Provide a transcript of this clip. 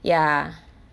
ya